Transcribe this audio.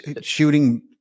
shooting